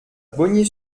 bogny